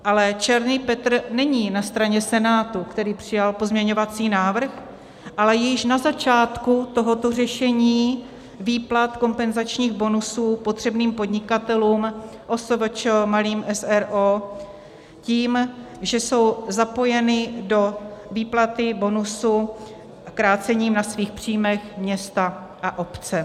Ale černý Petr není na straně Senátu, který přijal pozměňovací návrh, ale již na začátku tohoto řešení výplat kompenzačních bonusů potřebným podnikatelům, OSVČ, malým s. r. o. tím, že jsou zapojeny do výplatu bonusu krácením na svých příjmech města a obce.